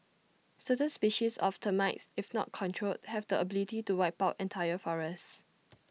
certain species of termites if not controlled have the ability to wipe out entire forests